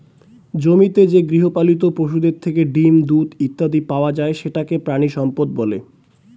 জমিতে যে গৃহপালিত পশুদের থেকে ডিম, দুধ ইত্যাদি পাওয়া যায় সেটাকে প্রাণিসম্পদ বলে